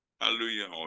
hallelujah